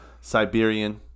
Siberian